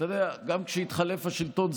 גם כשהתחלף השלטון,